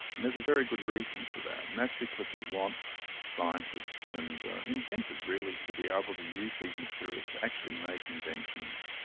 and there's a very good reason for that, and that's because we want scientists and inventors really to be able to use these materials to actually make inventions.